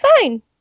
fine